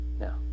now